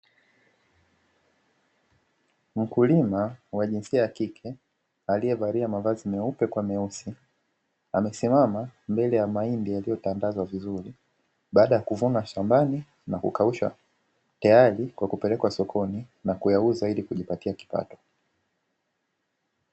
Mkulima wa jinsia ya kike aliyevalia mavazi meupe kwa meusi, amesimama mbele ya mahindi yaliyotandazwa vizuri baada ya kuvunwa shambani na kukaushwa, tayari kwa kupelekwa sokoni na kuyauza ili kujipatia kipato.